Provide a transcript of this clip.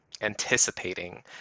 anticipating